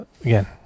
again